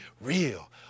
real